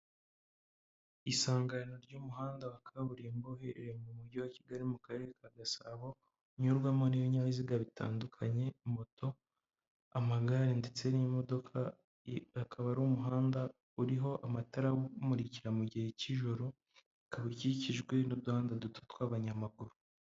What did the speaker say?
Isangano ry'umuhanda wa kaburimbo uherereye mu mujyi wa Kigali mu karere ka Gasabo unyurwamo n'ibinyabiziga bitandukanye moto, amagare ndetse n'imodoka, akaba ari umuhanda uriho amatara awumurikira mu gihe cy'ijoro, ukaba ikikijwe n'uduhandada duto tw'abanyamaguru.